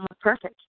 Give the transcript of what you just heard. perfect